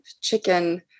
chicken